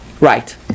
right